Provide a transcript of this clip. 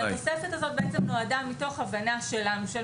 התוספת הזאת נועדה מתוך הבנה שלנו,